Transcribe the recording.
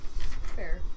Fair